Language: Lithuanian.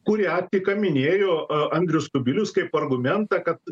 kurią tik ką a minėjo andrius kubilius kaip argumentą kad